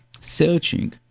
searching